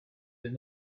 that